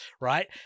right